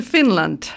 Finland